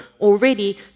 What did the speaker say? already